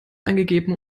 eingegeben